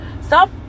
stop